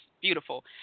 Beautiful